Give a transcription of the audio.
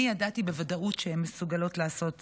אני ידעתי בוודאות שהן מסוגלות לעשות זאת.